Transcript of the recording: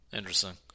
Interesting